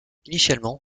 initialement